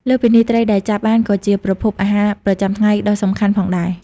លើសពីនេះ ត្រីដែលចាប់បានក៏ជាប្រភពអាហារប្រចាំថ្ងៃដ៏សំខាន់ផងដែរ។